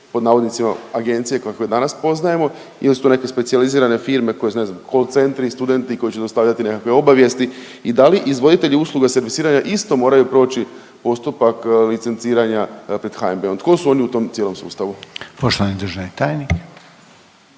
pod navodnicima agencije kakve danas poznajemo ili su to neke specijalizirane firme koje ne znam call centri i studenti koji će dostavljati nekakve obavijesti i da li izvoditelji usluga servisiranja isto moraju proći postupak licenciranja pred HNB-om, tko su oni u tom cijelom sustavu? **Reiner, Željko